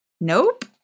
Nope